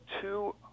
two